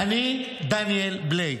"אני דניאל בלאק".